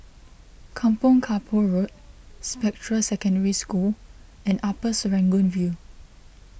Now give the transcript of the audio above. Kampong Kapor Road Spectra Secondary School and Upper Serangoon View